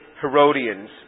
Herodians